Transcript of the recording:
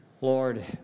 Lord